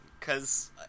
cause